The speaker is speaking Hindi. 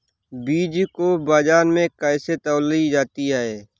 बीज को बाजार में कैसे तौली जाती है?